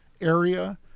area